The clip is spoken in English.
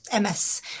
MS